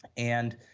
and,